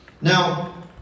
Now